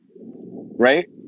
Right